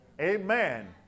Amen